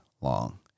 long